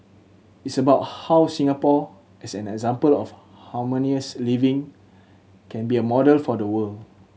it's about how Singapore as an example of harmonious living can be a model for the world